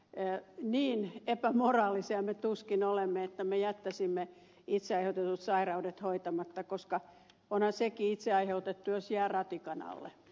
mutta niin epämoraalisia me tuskin olemme että me jättäisimme itse aiheutetut sairaudet hoitamatta koska onhan sekin itse aiheutettua jos jää ratikan alle